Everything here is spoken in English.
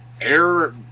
air